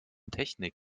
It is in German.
technik